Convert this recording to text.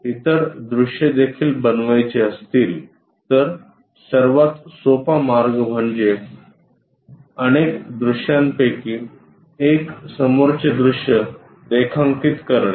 जर आपल्याला इतर दृश्ये देखील बनवायची असतील तर सर्वात सोपा मार्ग म्हणजे अनेक दृश्यांपैकी एक समोरचे दृश्य रेखांकीत करणे